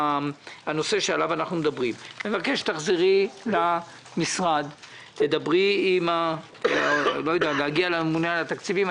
אני מבקש שתחזרי למשרד ותדברי עם הממונה על התקציבים.